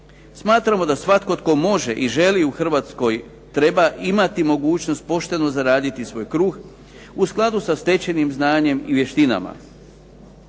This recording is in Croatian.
Smatramo da svatko tko može i želi u Hrvatskoj treba imati mogućnost pošteno zaraditi svoj kruh u skladu sa stečenim znanjem i vještinama.